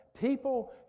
people